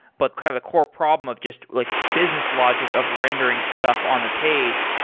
but kind of a core problem of just like business logic of rendering stuff on the page,